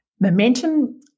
momentum